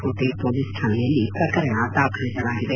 ಕೋಟೆ ಪೊಲೀಸ್ ಠಾಣೆಯಲ್ಲಿ ಪ್ರಕರಣ ದಾಖಲಿಸಲಾಗಿದೆ